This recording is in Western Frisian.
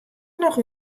noch